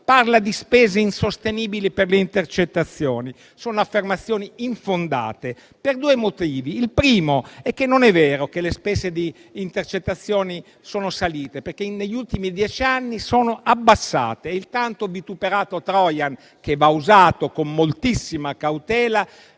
parla di spese insostenibili per le intercettazioni. Sono affermazioni infondate per due motivi. Il primo è che non è vero che le spese di intercettazioni sono aumentate, perché negli ultimi dieci anni esse si sono ridotte. Il tanto vituperato *trojan*, che va usato con moltissima cautela,